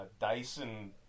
dyson